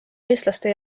eestlaste